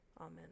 Amen